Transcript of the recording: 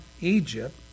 Egypt